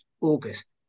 August